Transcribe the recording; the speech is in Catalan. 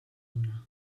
una